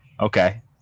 Okay